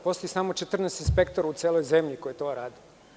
Postoji samo 14 inspektora u celoj zemlji koji to rade.